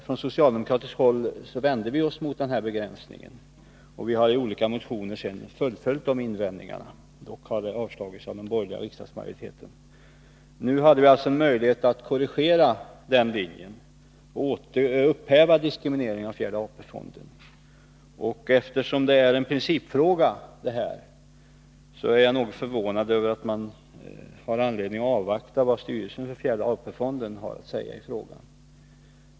Från socialdemokratiskt håll vände vi oss mot denna begränsning, och vi har i olika motioner senare fullföljt dessa invändningar. Motionerna har dock avslagits av den borgerliga riksdagsmajoriteten. Nu hade vi alltså en möjlighet att korrigera den linjen och upphäva diskrimineringen av fjärde AP-fonden. Eftersom det här är en principfråga, är jag något förvånad över att man har anledning att avvakta vad styrelsen för fjärde AP-fonden har att säga i frågan.